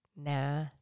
Nah